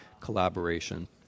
collaboration